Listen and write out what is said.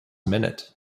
minute